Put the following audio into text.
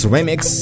Remix